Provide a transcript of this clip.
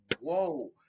whoa